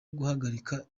guhagarika